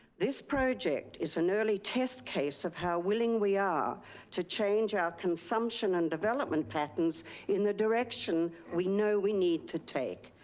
this project is an early test case of how willing we are to change our consumption and development patterns in the direction we know we need to take.